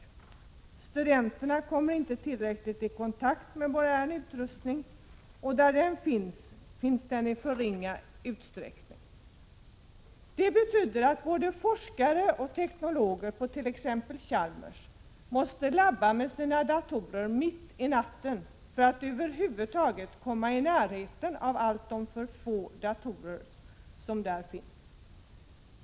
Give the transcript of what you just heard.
Studenterna kommer inte tillräckligt i kontakt med modern utrustning och där utrustning finns, finns denii för ringa utsträckning. Det betyder att både teknologer och forskare på t.ex. Chalmers måste ”labba” med sina datorer mitt i natten för att över huvud taget komma i närheten av de alltför få datorer som där finns.